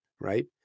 right